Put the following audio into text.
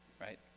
right